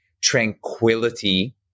tranquility